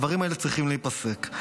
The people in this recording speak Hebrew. הדברים האלה צריכים להיפסק.